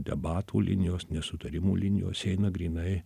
debatų linijos nesutarimų linijos eina grynai